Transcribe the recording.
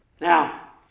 Now